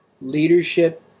leadership